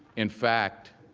in fact,